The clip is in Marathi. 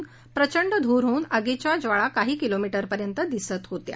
नंतर प्रचंड धूर होऊन आगीच्या ज्वाळा काही किलोमीटरपर्यंत दिसत होत्या